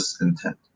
intent